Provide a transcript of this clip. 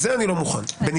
זה אני לא מוכן בנגררת.